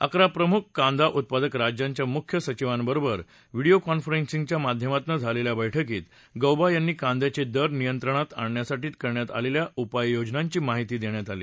अकरा प्रमुख कांदा उत्पादक राज्यांच्या मुख्य सचिवांबरोबर व्हिडोओ कॉन्फरसिंगद्वारे झालेल्या बैठकीत गौबा यांना कांद्याचे दर नियत्रंणात आणण्यासाठी करण्यात आलेल्या उपाययोजनांची माहिती देण्यात आली